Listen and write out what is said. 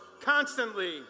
constantly